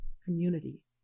community